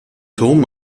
turm